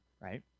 right